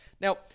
now